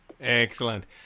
Excellent